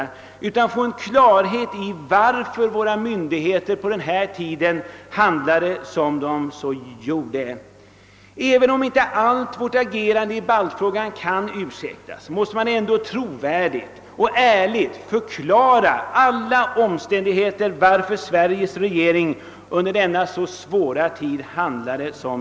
Vad vi önskar är att få klarhet i varför våra myndigheter vid denna tid handlade som de gjorde. Även om inte allt vårt agerande i baltfrågan kan ursäktas, måste man ändå trovärdigt och ärligt förklara alla omständigheter bakom regeringens handlingssätt i denna svåra tid.